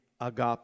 agape